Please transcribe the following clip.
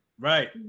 Right